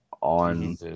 on